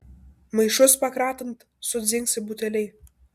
maišus pakratant sudzingsi buteliai